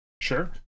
Sure